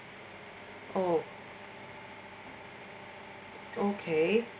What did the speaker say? oh okay